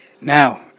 Now